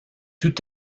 tout